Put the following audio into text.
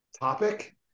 topic